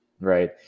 right